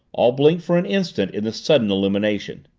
all blinked for an instant in the sudden illumination.